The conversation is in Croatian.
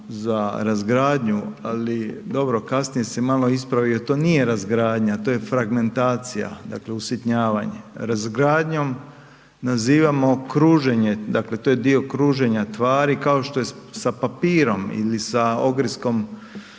za razgradnju, ali dobro kasnije se malo ispravio, to nije razgradnja to je fragmentacija dakle usitnjavanje. Razgradnjom nazivamo kruženje dakle to je dio kruženja tvari, kao što je sa papirom ili sa ogrsikom